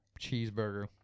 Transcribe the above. cheeseburger